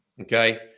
Okay